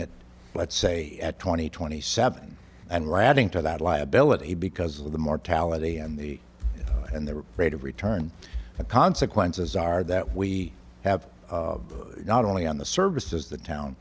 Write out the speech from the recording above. it let's say at twenty twenty seven and were adding to that liability because of the mortality and the and the rate of return the consequences are that we have not only on the services the town